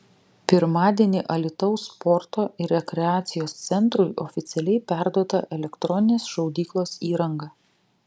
pirmadienį alytaus sporto ir rekreacijos centrui oficialiai perduota elektroninės šaudyklos įranga